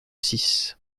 six